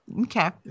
okay